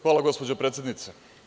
Hvala, gospođo predsednice.